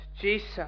Jesus